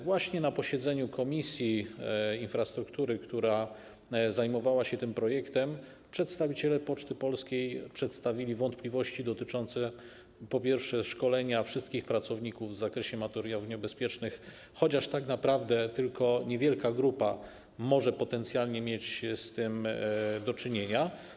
Właśnie na posiedzeniu Komisji Infrastruktury, która zajmowała się tym projektem, przedstawiciele Poczty Polskiej przedstawili wątpliwości dotyczące, po pierwsze, szkolenia wszystkich pracowników w zakresie materiałów niebezpiecznych, chociaż tak naprawdę tylko niewielka grupa może potencjalnie mieć z tym do czynienia.